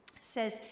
says